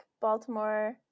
Baltimore